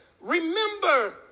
remember